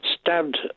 stabbed